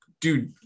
dude